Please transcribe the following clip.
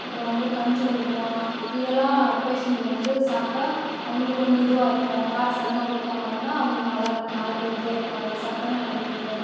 அப்புறம் வந்து கஞ்சி கொடுக்கலாம் இதெல்லாம் பேஷன்ட்டுக்கு வந்து சாப்பிட்டா அவர்களுக்கு கொஞ்சம் இதுவாக இருக்கும் கார சாரமாக கொடுக்காம இருந்தால் அவங்க நல்லா இருப் நல்லா ஹெல்த்தியாக இருப்பாங்க இதை சாப்பிட்டா நல்லா ஹெல்த்தியாக இருக்கும்